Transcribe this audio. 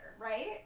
right